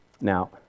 Now